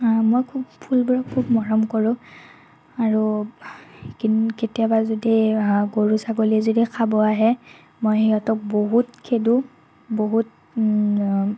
মই খুব ফুলবোৰক খুব মৰম কৰোঁ আৰু কেতিয়াবা যদি গৰু ছাগলীয়ে যদি খাব আহে মই সিহঁতক বহুত খেদোঁ বহুত